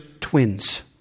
twins